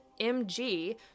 MG